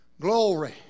Glory